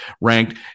ranked